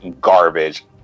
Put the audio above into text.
garbage